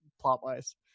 plot-wise